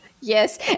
Yes